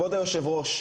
חבר הכנסת בגין, בבקשה.